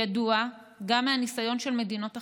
ידוע, גם מהניסיון של מדינות אחרות,